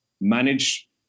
manage